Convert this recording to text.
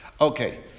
Okay